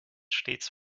stets